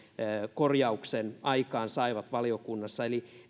korjauksen aikaansai valiokunnassa eli